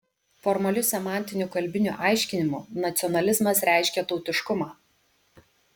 formaliu semantiniu kalbiniu aiškinimu nacionalizmas reiškia tautiškumą